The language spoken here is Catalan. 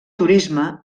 turisme